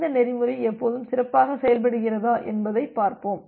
இந்த நெறிமுறை எப்போதும் சிறப்பாக செயல்படுகிறதா என்பதைப் பார்ப்போம்